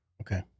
Okay